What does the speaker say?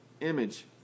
image